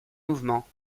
mouvement